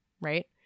right